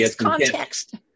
context